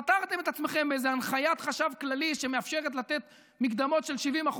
פטרתם את עצמכם באיזה הנחיית חשב כללי שמאפשרת לתת מקדמות של 70%,